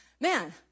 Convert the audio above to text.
Man